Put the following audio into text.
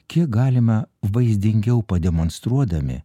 kiek galima vaizdingiau pademonstruodami